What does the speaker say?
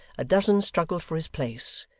a dozen struggled for his place,